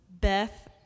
Beth